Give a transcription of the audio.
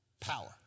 power